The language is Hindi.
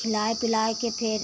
खिलाए पिलाए के फिर